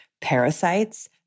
parasites